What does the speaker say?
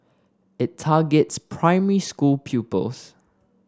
it targets primary school pupils